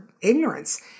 ignorance